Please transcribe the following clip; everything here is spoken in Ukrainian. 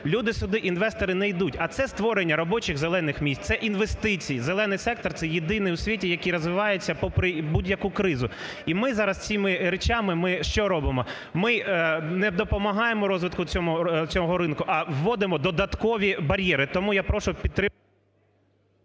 люди сюди, інвестори, не йдуть. А це створення робочих "зелених" місць, це інвестиції, "зелений сектор" – це єдиний у світі, який розвивається попри будь-яку кризу. І ми зараз цими речами, ми що робимо? Ми не допомагаємо розвитку цьому ринку, а вводимо додаткові бар'єри. Тому я прошу підтримати…